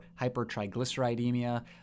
hypertriglyceridemia